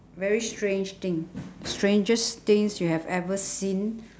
very strange thing strangest things you have ever seen